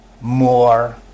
more